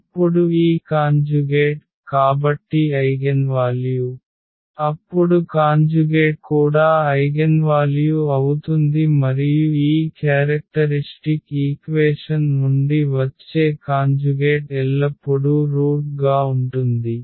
అప్పుడు ఈ కాంజుగేట్ కాబట్టి ఐగెన్వాల్యూ అప్పుడు కాంజుగేట్ కూడా ఐగెన్వాల్యూ అవుతుంది మరియు ఈ క్యారెక్టరిష్టిక్ ఈక్వేషన్ నుండి వచ్చే కాంజుగేట్ ఎల్లప్పుడూ రూట్ గా ఉంటుంది